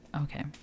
Okay